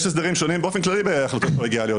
יש הסדרים שונים באופן כללי בהחלטות קולגיאליות.